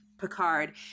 Picard